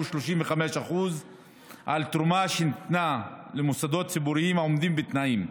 35% על תרומה שניתנה למוסדות ציבוריים העומדים בתנאים.